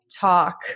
talk